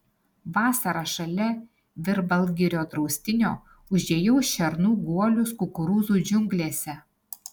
vasarą šalia virbalgirio draustinio užėjau šernų guolius kukurūzų džiunglėse